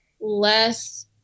less